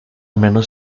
menos